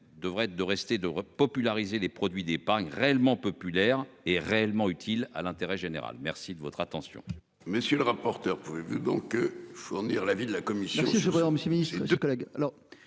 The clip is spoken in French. devrait être de rester de populariser les produits d'épargne réellement populaire est réellement utiles à l'intérêt général. Merci de votre attention.